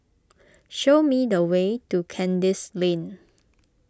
show me the way to Kandis Lane